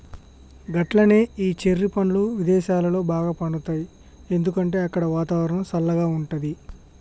గట్లనే ఈ చెర్రి పండ్లు విదేసాలలో బాగా పండుతాయి ఎందుకంటే అక్కడ వాతావరణం సల్లగా ఉంటది